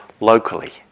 locally